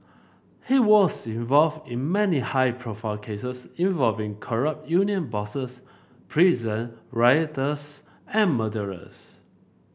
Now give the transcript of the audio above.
he was involved in many high profile cases involving corrupt union bosses prison rioters and murderers